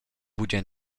bugen